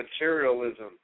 materialism